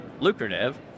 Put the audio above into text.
lucrative